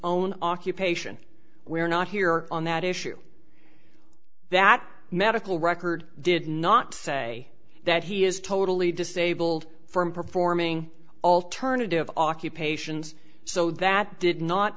own occupation we are not here on that issue that medical record did not say that he is totally disabled from performing alternative occupations so that did not